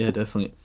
yeah definitely.